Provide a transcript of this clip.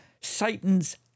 Satan's